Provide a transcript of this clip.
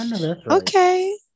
Okay